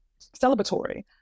celebratory